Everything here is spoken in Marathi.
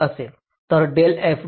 तर del f del a b आहे